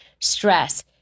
Stress